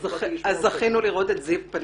אז זכינו לראות את זיו פניך.